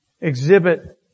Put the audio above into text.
exhibit